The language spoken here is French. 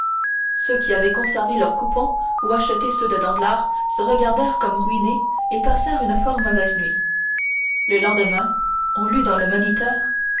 ceux qui avaient conservé leurs coupons ou acheté ceux de danglars se regardèrent comme ruinés et passèrent une fort mauvaise nuit le lendemain on lut dans le moniteur